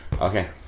Okay